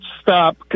stop